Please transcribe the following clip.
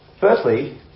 Firstly